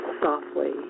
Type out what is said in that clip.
softly